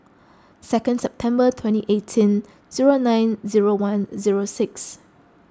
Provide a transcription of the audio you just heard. second September twenty eighteen zero nine zero one zero six